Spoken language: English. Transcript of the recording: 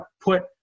put